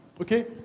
Okay